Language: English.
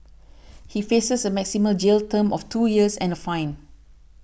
he faces a maximum jail term of two years and a fine